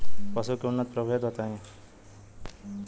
पशु के उन्नत प्रभेद बताई?